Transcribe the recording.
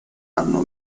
hanno